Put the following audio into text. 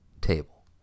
Table